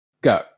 go